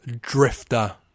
drifter